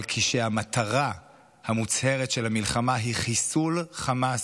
אבל כאשר המטרה המוצהרת של המלחמה היא חיסול חמאס,